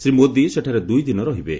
ଶ୍ରୀ ମୋଦି ସେଠାରେ ଦୁଇଦିନ ରହିବେ